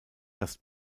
das